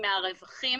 מהרווחים